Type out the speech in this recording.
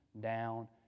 down